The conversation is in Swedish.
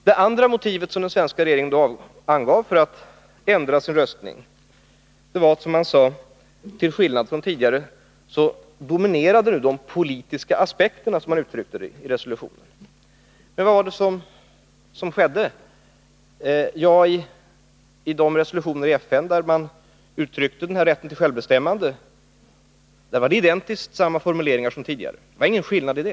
Det andra motiv som den svenska regeringen angav för att ändra sin röstning var att till skillnad från tidigare de politiska aspekterna dominerade, som man uttryckte det, i resolutionen. Men vad skedde? Jo, i de resolutioner i FN där man uttryckte rätten till självbestämmande var det identiskt samma formuleringar som tidigare. Det fanns ingen skillnad där.